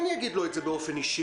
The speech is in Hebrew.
וגם אני אגיד לו את זה באופן אישי,